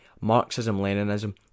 Marxism-Leninism